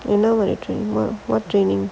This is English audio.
என்ன மாறி:enna maari training what training